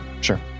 Sure